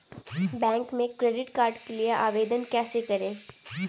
Bank में credit card के लिए आवेदन कैसे करें?